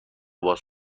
باز